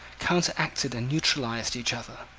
counteracted and neutralised each other